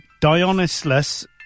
Dionysus